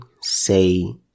say